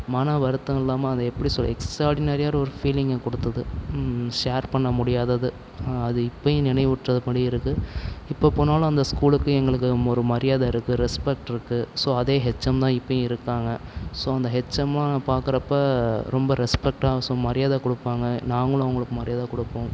மன வருத்தம் இல்லாமல் அதை எப்படி சொல்வது எக்ஸ்ட்ராடினரியான ஒரு ஃபீலிங்கை கொடுத்தது ஷேர் பண்ணமுடியாதது அது இப்போயும் நினைவூட்டுறதுபடி இருக்குது இப்போ போனாலும் அந்த ஸ்கூலுக்கு எங்களுக்கு ஒரு மரியாதை இருக்குது ரெஸ்பெக்ட் இருக்குது ஸோ அதே ஹெச்எம் தான் இப்போயும் இருக்காங்க ஸோ அந்த ஹெச்எம்மாக நான் பார்க்குறப்ப ரொம்ப ரெஸ்பெக்ட்டாக ஸோ மரியாதை கொடுப்பாங்க நாங்களும் அவர்களுக்கு மரியாதை கொடுப்போம்